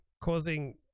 causing